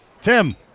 Tim